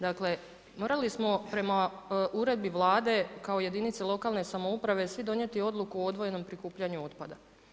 Dakle, morali smo prema uredbi Vlade kao jedinice lokalne samouprave svi donijeti odluku o odvojenom prikupljanju otpada.